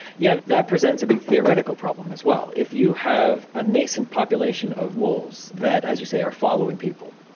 yes, that presents a big theoretical problem as well. if you have a nascent population of wolves that, as you say, are following people,